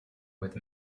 with